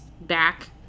back